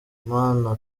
mana